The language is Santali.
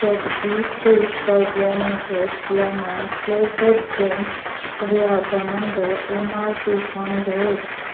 ᱪᱮᱫ ᱵᱤᱯᱷᱤᱨᱤ ᱠᱟᱨᱵᱳᱱᱮᱴᱮᱰ ᱞᱮᱢᱳᱱ ᱯᱷᱮᱞᱮᱵᱷᱚᱨ ᱰᱨᱤᱝᱠ ᱨᱮᱭᱟᱜ ᱜᱚᱱᱚᱝ ᱫᱚ ᱮᱢ ᱟᱨ ᱯᱤ ᱠᱷᱚᱱ ᱰᱷᱮᱨ